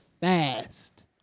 fast